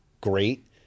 great